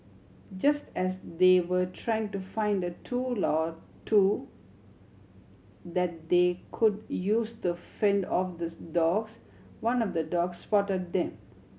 just as they were trying to find a tool or two that they could use to fend off the dogs one of the dogs spot them